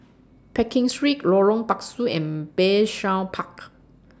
Pekin Street Lorong Pasu and Bayshore Park